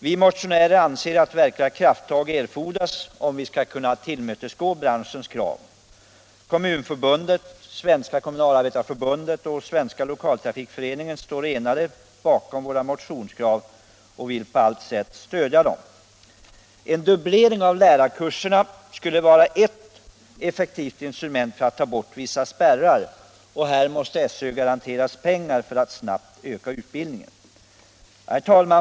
Vi motionärer anser att verkliga krafttag behövs om branschens krav skall kunna tillmötesgås. Kommunförbundet, Kommunalarbetareförbundet och Svenska lokaltrafikföreningen står enade bakom våra motionskrav och vill på allt sätt stödja dem. En dubblering av lärarkurserna skulle vara ert effektivt instrument för att ta bort vissa spärrar, och här måste SÖ garanteras pengar för att snabbt kunna öka utbildningen.